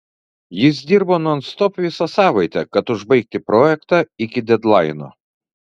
jis dirbo nonstop visą savaitę kad užbaigti projektą iki dedlaino